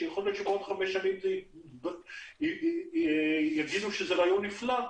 שיכול להיות שבעוד חמש שנים יגידו שהוא רעיון נפלא,